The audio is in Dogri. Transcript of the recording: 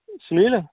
सुनील